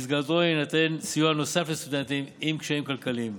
שבמסגרתו יינתן סיוע נוסף לסטודנטים עם קשיים כלכליים,